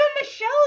Michelle